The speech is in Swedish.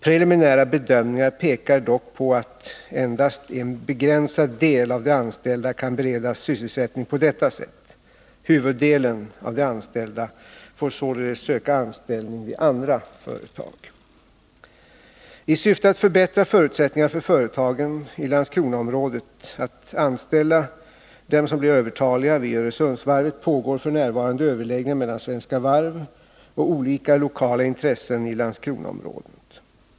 Preliminära bedömningar pekar dock på att endast en begränsad del av de anställda kan beredas sysselsättning på detta sätt. Huvuddelen av de anställda får således söka anställning vid andra företag. I syfte att förbättra förutsättningarna för företagen i Landskronaområdet att anställa dem som blir övertaliga vid Öresundsvarvet pågår f.n. överläggningar mellan Svenska Varv och olika lokala intressen i Landskronaområdet.